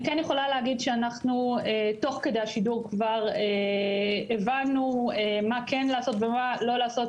אנחנו תוך כדי השידור הבנו מה כן לעשות ומה לא לעשות,